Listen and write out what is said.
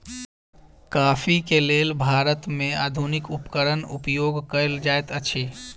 coffee के लेल भारत में आधुनिक उपकरण उपयोग कएल जाइत अछि